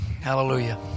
Hallelujah